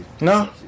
No